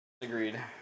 agreed